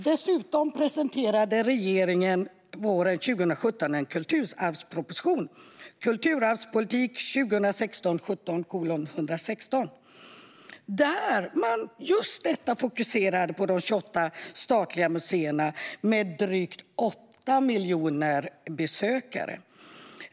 Regeringen presenterade våren 2017 en kulturarvsproposition, Kulturarvspolitik 2016/17:116, där man just fokuserar på de 28 statliga museerna med drygt 8 miljoner besökare.